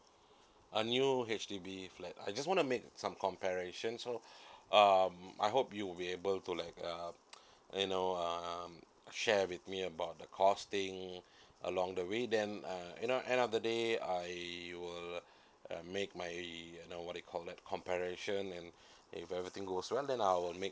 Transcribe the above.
a new H_D_B flat I just wanna make some compare ration so um I hope you will be able to like uh you know um share with me about the cost thing along the way then uh you know end of the day I will uh make my you know what they call that compare ration and if everything goes well then I will make